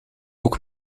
ook